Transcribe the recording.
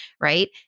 Right